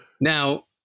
Now